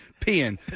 peeing